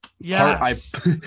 Yes